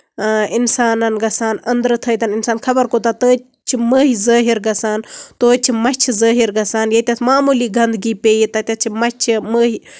اِنسانن گژھان أندرٕ تھٲیتَن اِنسان خبر کوٗتاہ توتہِ چھِ مہۍ ظٲہِر گژھان توتہِ چھِ مَچھِ ظٲہِر گژھان ییٚتیٚتھ معموٗلی گِندگی پیٚیہِ تَتیٚتھ چھِ مَچھِ مہۍ